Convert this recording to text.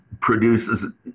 produces